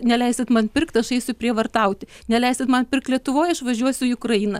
neleisit man pirkt aš eisiu prievartauti neleisit man pirkt lietuvoj aš važiuosiu į ukrainą